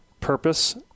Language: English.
purpose